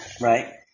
Right